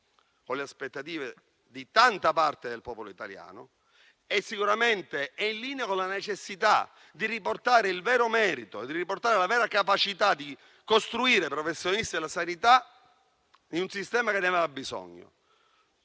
con le aspettative di tanta parte del popolo italiano e sicuramente è in linea con la necessità di riportare il vero merito, la vera capacità di costruire professionisti della sanità in un sistema che ne aveva bisogno.